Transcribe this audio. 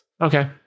Okay